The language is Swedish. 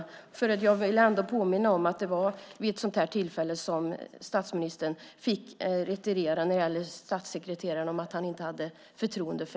Jag vill ändå påminna om att det var vid ett sådant tillfälle som han fick retirera när det gällde den statssekreterare som han inte hade förtroende för.